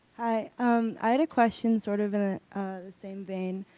i um i had a question sort of in ah the same vein.